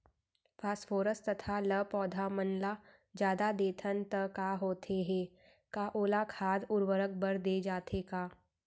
Phosphorus तथा ल पौधा मन ल जादा देथन त का होथे हे, का ओला खाद उर्वरक बर दे जाथे का?